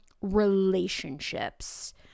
relationships